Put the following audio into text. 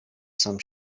sam